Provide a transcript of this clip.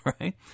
right